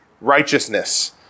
righteousness